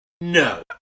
No